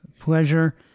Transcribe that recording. pleasure